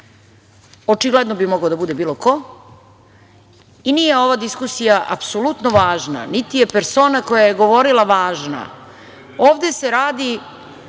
očigledno bi mogao da bude bilo ko i nije ova diskusija apsolutno važna, niti je persona koja je govorila važna, ovde se radi